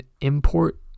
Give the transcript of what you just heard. import